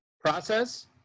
process